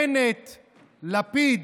בנט, לפיד,